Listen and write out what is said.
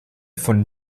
von